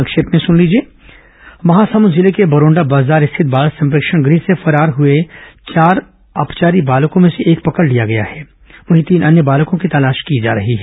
संक्षिप्त समाचार महासमुन्द जिले के बरोंडाबाजार स्थित बाल संप्रेक्षण गृह से फरार हुए चार फरार अपचारी बालकों में से एक पकड़ लिया गया हैं वहीं तीन अन्य बालकों की तलाश की जा रही है